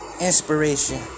inspiration